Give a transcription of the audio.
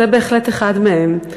זה בהחלט אחד מהם.